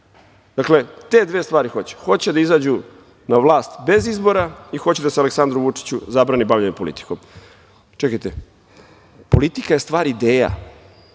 Dakle, te dve stvari hoće. Hoće da izađu na vlast bez izbora i hoće da se Aleksandru Vučiću zabrani bavljenje politikom. Čekajte, politika je stvar ideja.